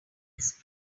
his